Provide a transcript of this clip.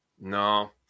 No